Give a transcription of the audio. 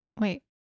wait